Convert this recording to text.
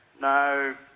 No